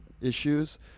issues